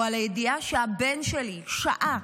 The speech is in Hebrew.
או על הידיעה שהבן שלי שעה,